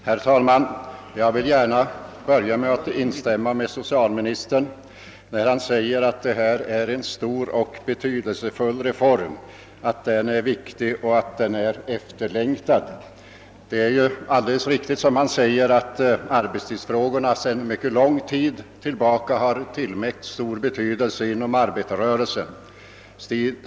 Herr talman! Jag vill gärna börja med att instämma med socialministern i att den nu föreslagna arbetsförkortningen är en stor och betydelsefull reform — den är viktig och efterlängtad. Arbetstidsfrågorna har ju sedan mycket lång tid tillbaka tillmätts stor betydelse inom arbetarrörelsen.